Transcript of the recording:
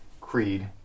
creed